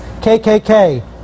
KKK